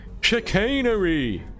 chicanery